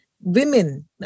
Women